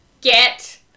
Get